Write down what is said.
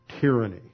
tyranny